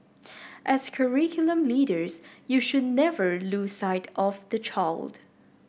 as curriculum leaders you should never lose sight of the child